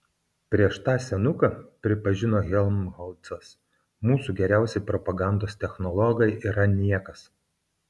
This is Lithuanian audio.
prieš tą senuką pripažino helmholcas mūsų geriausi propagandos technologai yra niekas